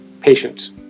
patients